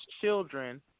children